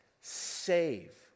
save